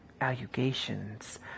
allegations